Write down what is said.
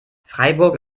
freiburg